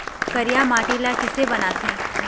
करिया माटी ला किसे बनाथे?